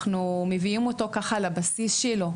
אנחנו מביאים אותו ככה לבסיס שלו,